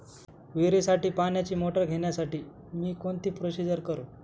विहिरीसाठी पाण्याची मोटर घेण्यासाठी मी कोणती प्रोसिजर करु?